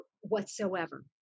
whatsoever